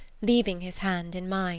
leaving his hand in mine